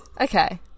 Okay